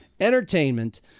entertainment